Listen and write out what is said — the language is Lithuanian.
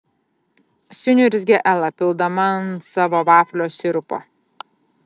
suniurzgė ela pildama ant savo vaflio sirupo